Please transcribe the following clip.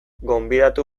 gonbidatu